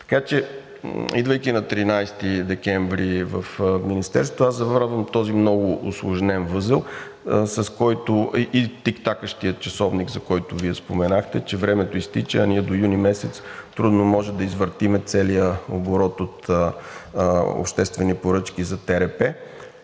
Така че, идвайки на 13 декември в Министерството, аз заварвам този много усложнен възел и тиктакащия часовник, за който Вие споменахте, че времето изтича, а ние до месец юни трудно може да извъртим целия оборот от обществени поръчки за ТРП.